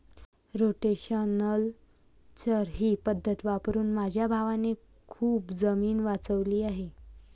rotational चर ही पद्धत वापरून माझ्या भावाने खूप जमीन वाचवली आहे